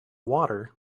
water